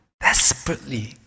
desperately